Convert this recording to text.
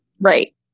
right